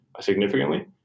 significantly